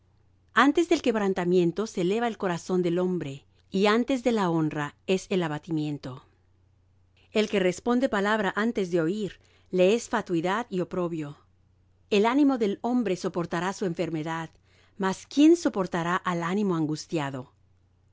antes del quebrantamiento se eleva el corazón del hombre y antes de la honra es el abatimiento el que responde palabra antes de oir le es fatuidad y oprobio el ánimo del hombre soportará su enfermedad mas quién soportará al ánimo angustiado